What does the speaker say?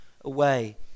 away